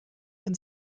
can